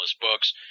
Books